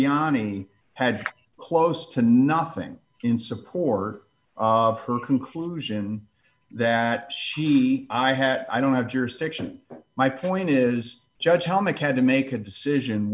jani had close to nothing in support of her conclusion that she i had i don't have jurisdiction my point is judge helmick had to make a decision